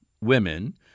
women